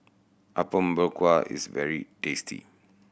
Apom Berkuah is very tasty